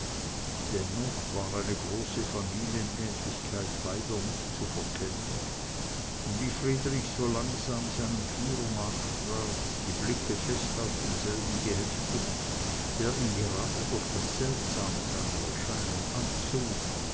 dennoch war eine große familienähnlichkeit beider nicht zu verkennen und wie friedrich so langsam seinem führer nachtrat die blicke fest auf denselben geheftet der ihn gerade durch das seltsame seiner erscheinung anzog